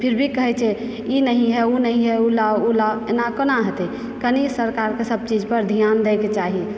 फिर भी कहैत छै इ नहि है ओ नहि है ओ लाओ वो लाओ एना कोना हेतय कनि सरकारके सभ चीज पर ध्यान दयके चाही